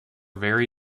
very